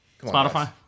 Spotify